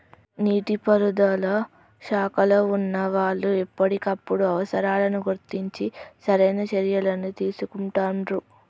నీటి పారుదల శాఖలో వున్నా వాళ్లు ఎప్పటికప్పుడు అవసరాలను గుర్తించి సరైన చర్యలని తీసుకుంటాండ్రు